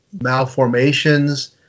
malformations